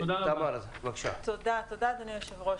תודה אדוני היושב ראש.